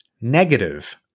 negative